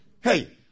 hey